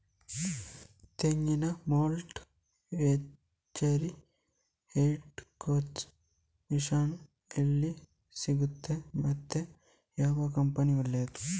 ತೆಂಗಿನ ಮೊಡ್ಲು, ಚೇರಿ, ಹೆಡೆ ಕೊಚ್ಚುವ ಮಷೀನ್ ಎಲ್ಲಿ ಸಿಕ್ತಾದೆ ಮತ್ತೆ ಯಾವ ಕಂಪನಿ ಒಳ್ಳೆದು?